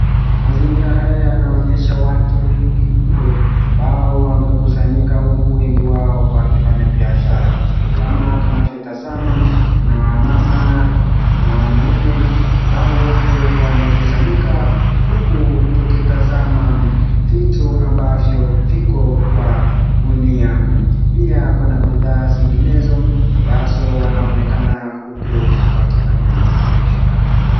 Mazingira haya yanaonyesha watu wengi mno ambao wamekusanyika huku wengi wao wakifanya biashara. Kama tunavyotazama kuna wamama, kuna wanaume ambao wote wamekusanyika huku tukitazama vitu ambavyo viko kwa gunia. Pia kuna bidhaa zinginezo ambazo wanaonekana huku wakifanya biashara.